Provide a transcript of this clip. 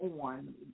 on